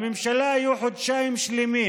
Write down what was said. לממשלה היו חודשיים שלמים,